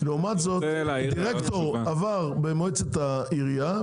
לעומת זאת הדירקטור עבר במועצת העירייה,